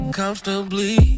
comfortably